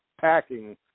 packing